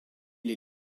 les